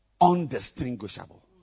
undistinguishable